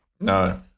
No